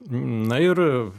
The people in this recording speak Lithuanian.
na ir